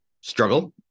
struggle